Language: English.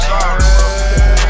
Sorry